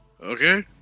Okay